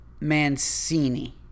Mancini